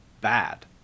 bad